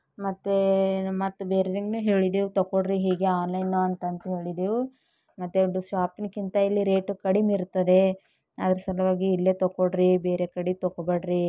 ಮತ್ತು ಮತ್ತು ಬೇರೆಯೋರ್ಗೆನೂ ಹೇಳಿದೆವು ತಗೊಳ್ರಿ ಹೀಗೆ ಆನ್ಲೈನು ಅಂತಂತ ಹೇಳಿದೆವು ಮತ್ತು ಇದು ಶಾಪ್ಕಿಂತ ಇಲ್ಲಿ ರೇಟ್ ಕಡ್ಮೆ ಇರ್ತದೆ ಆದರೆ ಸಲುವಾಗಿ ಇಲ್ಲೇ ತಗೊಳ್ರಿ ಬೇರೆ ಕಡೆ ತಗೋಬ್ಯಾಡ್ರಿ